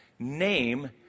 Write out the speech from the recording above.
Name